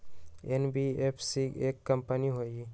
NBFC एक company हई?